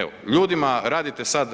Evo, ljudima radite sad